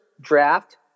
draft